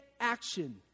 action